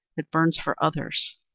it burns for others.